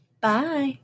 bye